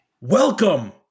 welcome